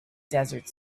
desert